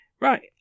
Right